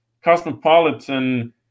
Cosmopolitan